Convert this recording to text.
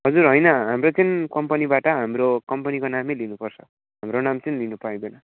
हजुर हैन हाम्रो चाहिँ कम्पनीबाट हाम्रो कम्पनीको नामै लिनुपर्छ हाम्रो नाम चाहिँ लिनु पाइँदैन